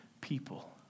people